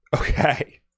okay